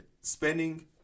Spending